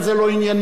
אבל זה לא ענייני.